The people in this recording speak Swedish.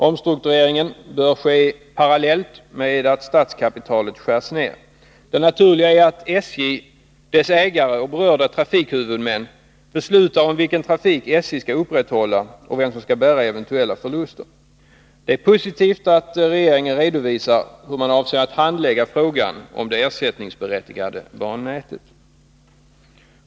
Omstruktureringen bör ske parallellt med en nedskärning av statskapitalet. Det naturliga är att SJ, dess ägare och berörda trafikhuvudmän beslutar om vilken trafik SJ skall upprätthålla och om vem som skall bära eventuella förluster. Det är positivt att regeringen redovisar hur man avser att handlägga frågan om det ersättningsberättigade bannätet.